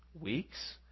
weeks